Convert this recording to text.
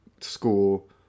school